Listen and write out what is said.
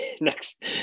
next